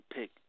pick